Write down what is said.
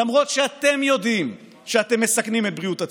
למרות שאתם יודעים שאתם מסכנים את בריאות הציבור.